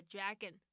Dragon